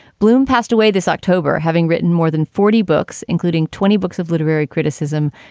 bloom passed away this october, having written more than forty books, including twenty books of literary criticism.